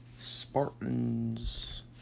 Spartans